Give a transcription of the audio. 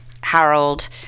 Harold